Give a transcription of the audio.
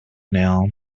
now